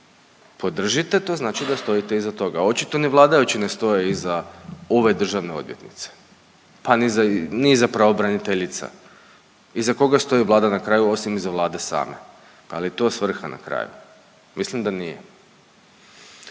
podržite to znači da stojite iza toga. Očito ni vladajući ne stoje iza ove državne odvjetnice, pa ni iza pravobraniteljice. Iza koja stoji Vlada na kraju, osim iza Vlade same. A je li to svrha na kraju? Mislim da nije.